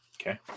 Okay